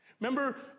Remember